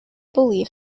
believe